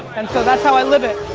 and so that's how i live it,